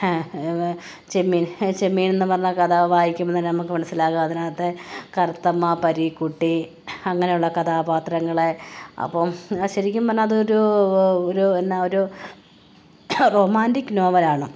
ചെമ്മീന് ചെമ്മീനെന്നും പറഞ്ഞ കഥ വായിക്കുമ്പോള്ത്തന്നെ നമുക്ക് മനസ്സിലാകും അതിനകത്തെ കറുത്തമ്മ പരീക്കുട്ടി അങ്ങനെയുള്ള കഥാപാത്രങ്ങള് അപ്പോള് അത് ശരിക്കും പറഞ്ഞാല് അതൊരൂ ഒരു എന്നാ ഒരു റൊമാൻറ്റിക് നോവലാണ്